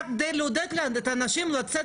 רק כדי לעודד את האנשים לצאת